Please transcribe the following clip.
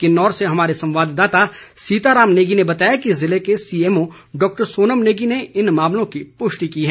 किन्नौर से हमारे संवाददाता सीताराम नेगी ने बताया है कि ज़िले के सीएमओ डॉक्टर सोनम नेगी ने इन मामलों की पुष्टि की है